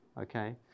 Okay